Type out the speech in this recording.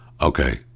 Okay